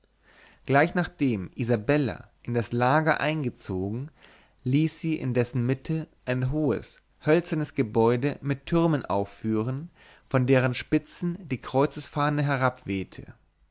gleich nachdem isabella in das lager eingezogen ließ sie in dessen mitte ein hohes hölzernes gebäude mit türmen aufführen von deren spitzen die